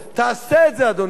תעשה את זה, אדוני.